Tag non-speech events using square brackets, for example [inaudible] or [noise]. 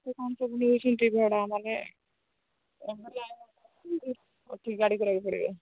କ'ଣ ସବୁ ନେଇଛନ୍ତି ଭଡ଼ା ମାନେ [unintelligible] ଗାଡ଼ି କରିବାକୁ ପଡ଼ିବ